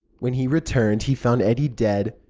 when he returned, he found eddie dead,